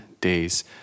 days